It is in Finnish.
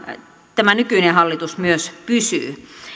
tämä nykyinen hallitus myös pysyy